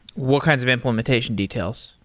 what kinds of implementation details?